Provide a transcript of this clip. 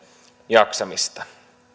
jaksamista